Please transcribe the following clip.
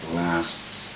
lasts